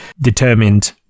determined